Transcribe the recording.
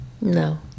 No